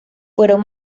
fueron